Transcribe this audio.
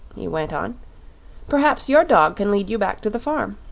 he went on perhaps your dog can lead you back to the farm.